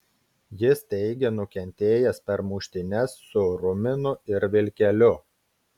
jis teigė nukentėjęs per muštynes su ruminu ir vilkeliu